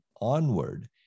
onward